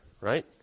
Right